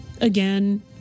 again